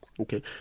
Okay